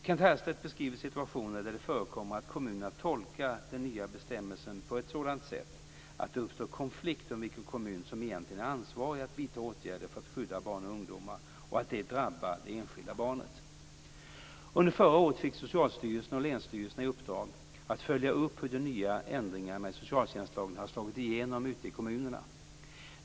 Kent Härstedt beskriver situationer där det förekommer att kommunerna tolkar den nya bestämmelsen på ett sådant sätt att det uppstår konflikter om vilken kommun som egentligen är ansvarig att vidta åtgärder för att skydda barn och ungdomar och att det drabbar det enskilda barnet. Under förra året fick Socialstyrelsen och länsstyrelserna i uppdrag att följa upp hur de nya ändringarna i socialtjänstlagen har slagit igenom ute i kommunerna.